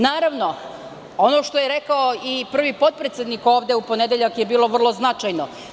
Naravno, ono što je rekao i prvi potpredsednik ovde u ponedeljak je bilo vrlo značajno.